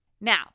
now